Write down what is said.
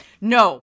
No